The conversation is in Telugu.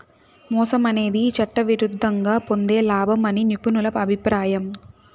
మోసం అనేది చట్టవిరుద్ధంగా పొందే లాభం అని నిపుణుల అభిప్రాయం